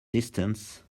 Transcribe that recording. distance